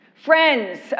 Friends